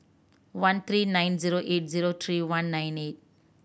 one three nine zero eight zero three one nine eight